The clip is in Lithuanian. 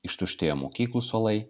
ištuštėjo mokyklų suolai